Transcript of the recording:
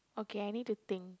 okay I need to think